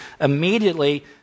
Immediately